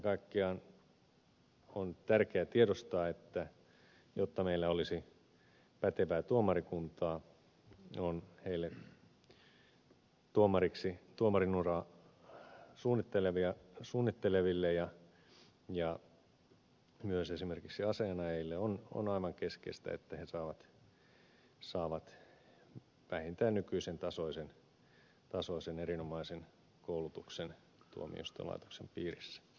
kaiken kaikkiaan on tärkeää tiedostaa että jotta meillä olisi pätevää tuomarikuntaa on tuomarin uraa suunnittelevien ja myös esimerkiksi asianajajien kannalta aivan keskeistä että he saavat vähintään nykyisen tasoisen erinomaisen koulutuksen tuomioistuinlaitoksen piirissä